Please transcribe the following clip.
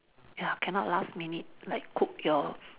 ya cannot last minute like cook your